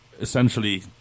Essentially